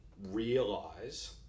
realize